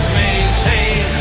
maintain